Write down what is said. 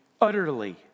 utterly